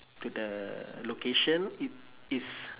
to the location it is